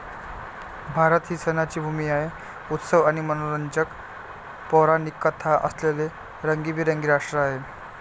भारत ही सणांची भूमी आहे, उत्सव आणि मनोरंजक पौराणिक कथा असलेले रंगीबेरंगी राष्ट्र आहे